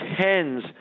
tens